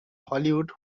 hollywood